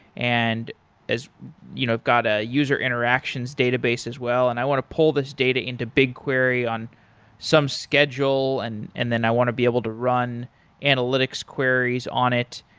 and you know got a user interactions database as well, and i want to pull this data into bigquery on some schedule, and and then i want to be able to run analytics queries on it.